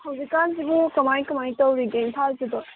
ꯍꯧꯖꯤꯛꯀꯥꯟ ꯀꯃꯥꯏ ꯀꯃꯥꯏꯅ ꯇꯧꯔꯤꯒꯦ ꯏꯝꯐꯥꯜꯁꯤꯕꯣ